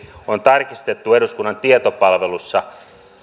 on tarkistettu eduskunnan tietopalvelussa